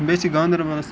بیٚیہِ چھِ گاندَربَلَس